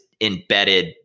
embedded